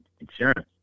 Insurance